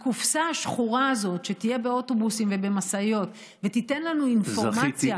הקופסה השחורה הזאת שתהיה באוטובוסים ובמשאיות ותיתן לנו אינפורמציה.